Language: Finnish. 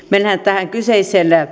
mennään tähän kyseiseen